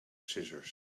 scissors